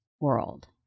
world